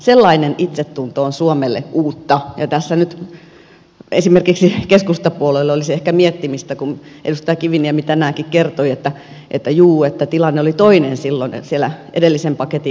sellainen itsetunto on suomelle uutta ja tässä nyt esimerkiksi keskustapuolueelle olisi ehkä miettimistä kun edustaja kiviniemi tänäänkin kertoi että juu tilanne oli toinen silloin sen edellisen paketin yhteydessä